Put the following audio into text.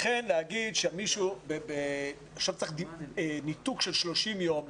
להגיד שעכשיו צריך ניתוק של 30 יום,